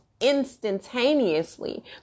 instantaneously